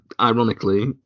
ironically